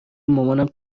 مامانم